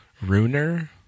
Runer